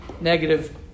negative